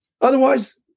Otherwise